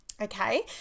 Okay